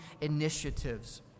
initiatives